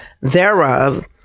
thereof